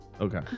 Okay